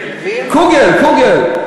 קוגל, קוגל.